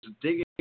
digging